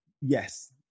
Yes